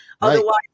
Otherwise